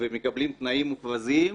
ומקבלים תנאים מופרזים,